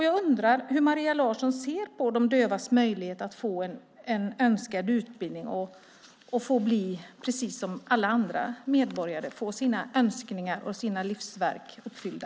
Jag undrar hur Maria Larsson ser på de dövas möjligheter att få en önskad utbildning och precis som alla andra medborgare få sina önskningar och livsverk uppfyllda.